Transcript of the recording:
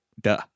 Duh